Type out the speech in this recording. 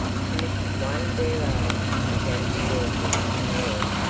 she lifted one bare arm and began to draw things in the air.